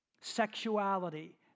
sexuality